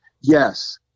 yes